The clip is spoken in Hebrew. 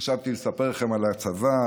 חשבתי לספר לכם על הצבא,